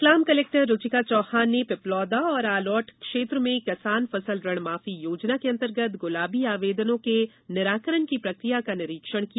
Ratlam collector Ruchika Chauhan ने पिपलोदा और आलोट क्षेत्र में किसान फसल ऋण माफी योजना के अंतर्गत गुलाबी आवेदनों के निराकरण की प्रक्रिया का निरीक्षण किया